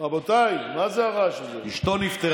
נפטרה אשתו.